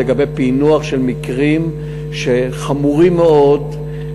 לגבי פענוח של מקרים חמורים מאוד,